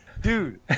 Dude